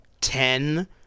ten